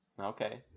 Okay